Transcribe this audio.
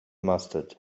mustard